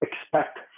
expect